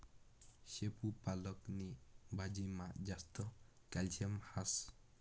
शेपू पालक नी भाजीमा जास्त कॅल्शियम हास